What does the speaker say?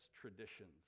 traditions